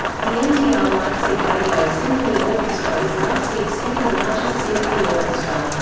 the mdr leipzig radio symphony orchestra is leipzig's second largest symphony orchestra.